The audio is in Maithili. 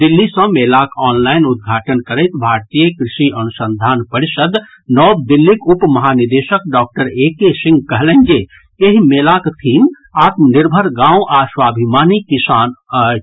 दिल्ली सँ मेलाक ऑनलाइन उद्घाटन करैत भारतीय कृषि अनुसंधान परिषद् नव दिल्लीक उपमहानिदेशक डॉक्टर ए के सिंह कहलनि जे एहि मेलाक थिम आत्मनिर्भर गांव आ स्वाभिमानी किसान अछि